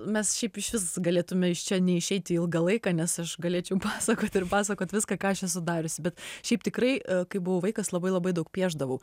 mes šiaip išvis galėtume iš čia neišeiti ilgą laiką nes aš galėčiau pasakot ir pasakot viską ką aš esu dariusi bet šiaip tikrai kai buvau vaikas labai labai daug piešdavau